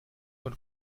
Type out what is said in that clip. und